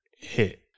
hit